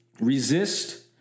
Resist